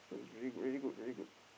is really good really good really good